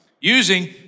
using